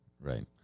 right